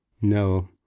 No